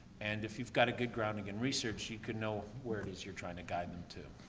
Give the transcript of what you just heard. and if you've got a good grounding in research you can know where it is you're trying to guide them to.